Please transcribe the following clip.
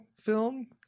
film